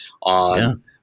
on